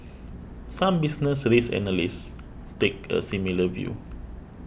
some business risk analysts take a similar view